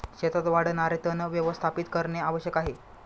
शेतात वाढणारे तण व्यवस्थापित करणे आवश्यक आहे